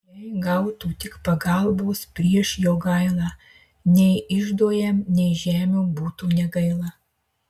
jei gautų tik pagalbos prieš jogailą nei iždo jam nei žemių būtų negaila